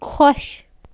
خۄش